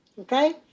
okay